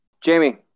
Jamie